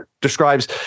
describes